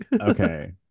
Okay